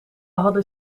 hadden